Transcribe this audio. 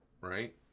right